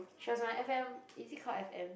she was my F_M is it called F_M